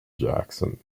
jackson